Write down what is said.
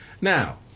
Now